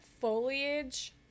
foliage